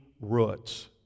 roots